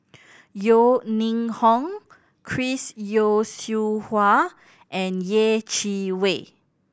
Yeo Ning Hong Chris Yeo Siew Hua and Yeh Chi Wei